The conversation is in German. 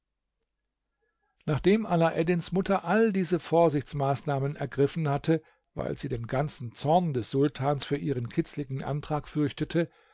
nachdem alaeddins mutter alle diese vorsichtsmaßnahmen ergriffen hatte weil sie den ganzen zorn des sultans für ihren kitzligen antrag fürchtete